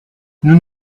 nous